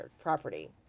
property